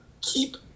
keep